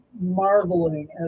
marveling